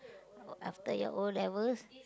after your O-levels